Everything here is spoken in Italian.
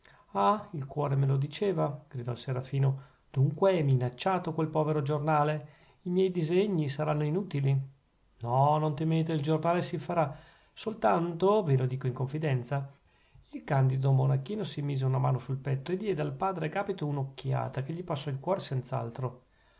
ah il cuore me lo diceva gridò il serafino dunque è minacciato quel povero giornale i miei disegni saranno inutili no non temete il giornale si farà soltanto ve lo dico in confidenza il candido monachino si mise una mano sul petto e diede al padre agapito un'occhiata che gli passò il cuore senz'altro